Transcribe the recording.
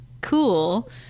cool